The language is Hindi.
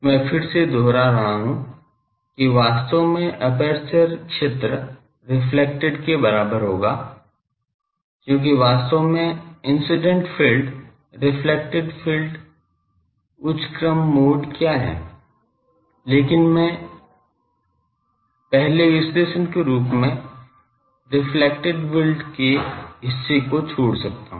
मैं फिर से दोहरा रहा हूं कि वास्तव में एपर्चर क्षेत्र रेफ्लेक्टेड के बराबर होगा लेकिन वास्तव में incident field plus reflected field plus उच्च क्रम मोड क्या हैं लेकिन मैं पहले विश्लेषण के रूप में रेफ्लेक्टेड फ़ील्ड के हिस्से को छोड़ सकता हूँ